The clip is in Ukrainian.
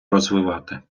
розвивати